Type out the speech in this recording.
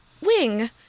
Wing